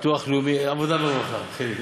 ביטוח לאומי, עבודה ורווחה, חיליק.